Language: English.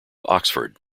oxford